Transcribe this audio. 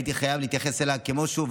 הייתי חייב להתייחס אליה כמו שהיא,